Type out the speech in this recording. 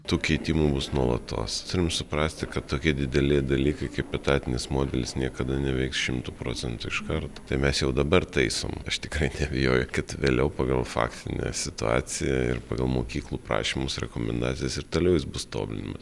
tų keitimų bus nuolatos turim suprasti kad tokie dideli dalykai kaip etatinis modelis niekada neveiks šimtu procentų iškart tai mes jau dabar taisom aš tikrai neabejoju kad vėliau pagal faktinę situaciją ir pagal mokyklų prašymus rekomendacijas ir toliau jis bus tobulinamas